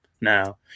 now